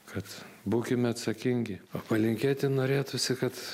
kad būkime atsakingi o palinkėti norėtųsi kad